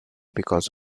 because